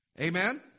Amen